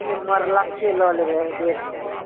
हमनी मरलके लऽ लेबै डेढ़ सओ रुपैए